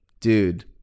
dude